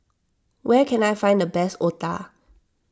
where can I find the best Otah